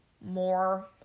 more